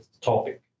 topic